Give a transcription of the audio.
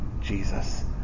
Jesus